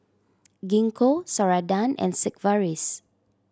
Gingko Ceradan and Sigvaris